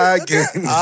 again